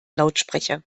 lautsprecher